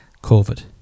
Covid